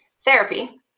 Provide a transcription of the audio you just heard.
therapy